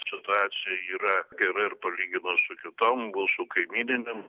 situacija yra gera ir palyginus su kitom mūsų kaimyninėm